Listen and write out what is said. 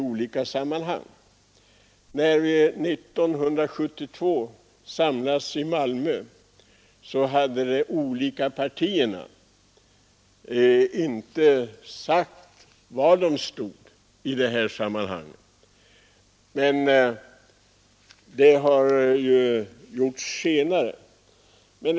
När man 1972 samlades i Malmö, hade de olika partierna inte sagt var de stod i detta sammanhang, men det har de ju gjort senare.